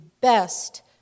best